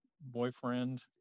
boyfriend